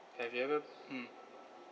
have you ever mm